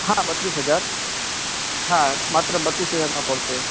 હા બત્રીસ હજાર હા માત્ર બત્રીસ હજારમાં પડશે